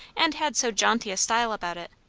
and had so jaunty a style about it,